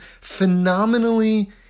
phenomenally